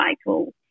cycle